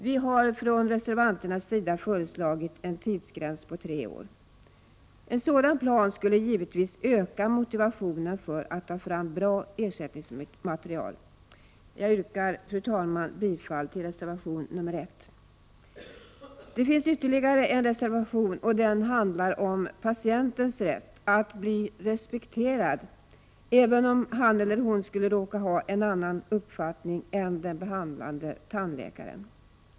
Vi har från reservanternas sida föreslagit en tidsgräns på tre år. En sådan plan skulle givetvis öka motivationen för att ta fram bra ersättningsmaterial. Fru talman! Jag yrkar bifall till reservation 1. Det finns ytterligare en reservation, och den handlar om patientens rätt att bli respekterad, även om han eller hon skulle råka ha en annan uppfattning än den behandlande tandläkaren.